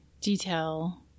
detail